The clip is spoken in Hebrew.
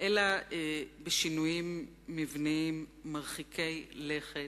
אלא בשינויים מבניים מרחיקי-לכת,